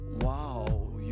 Wow